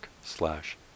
slash